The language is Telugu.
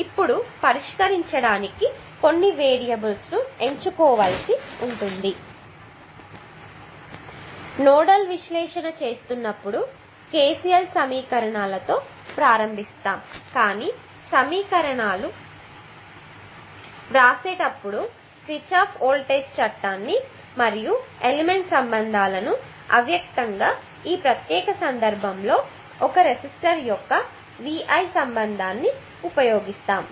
ఇప్పుడు పరిష్కరించడానికి కొన్ని వేరియబుల్స్ ఎంచుకోవాల్సి ఉంటుంది నోడల్ విశ్లేషణ చేస్తున్నప్పుడు KCL సమీకరణాలతో ప్రారంభిస్తాము కానీ సమీకరణాల పడాలని వ్రాసేటప్పుడు కిర్చాఫ్ వోల్టేజ్ లా ని మరియు ఎలిమెంట్ సంబంధాలను అవ్యక్తంగా ఈ ప్రత్యేక సందర్భంలో ఒక రెసిస్టర్ యొక్క VI సంబంధం ఉపయోగిస్తాము